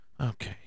Okay